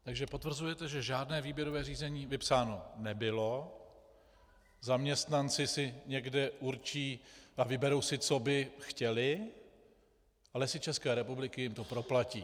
Takže potvrzujete, že žádné výběrové řízení vypsáno nebylo, zaměstnanci si někde určí a vyberou si, co by chtěli, a Lesy České republiky jim to proplatí.